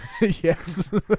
Yes